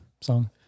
song